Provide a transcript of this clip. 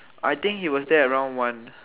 I think he was there around one